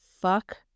fuck